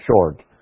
short